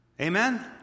Amen